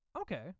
okay